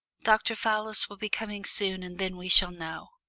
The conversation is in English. dr. fallis will be coming soon and then we shall know.